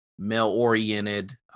Male-oriented